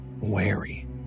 wary